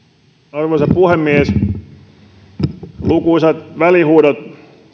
arvoisa puhemies lukuisat välihuudot